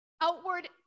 Outward